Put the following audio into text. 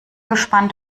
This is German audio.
gespannt